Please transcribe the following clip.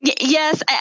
Yes